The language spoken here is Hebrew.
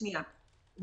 שנייה.